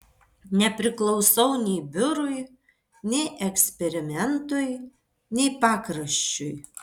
nepriklausau nei biurui nei eksperimentui nei pakraščiui